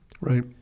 Right